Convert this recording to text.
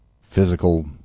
physical